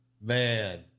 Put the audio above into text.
man